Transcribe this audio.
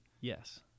Yes